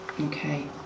Okay